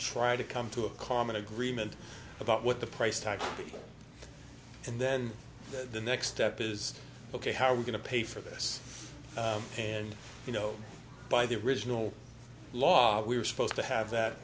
try to come to a common agreement about what the price tag and then the next step is ok how are we going to pay for this and you know by the original law we were supposed to have that